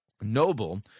Noble